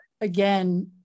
again